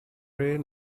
rare